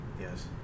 Yes